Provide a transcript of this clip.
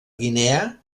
guinea